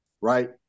right